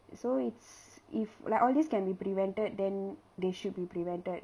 so it's if like all these can be prevented then they should be prevented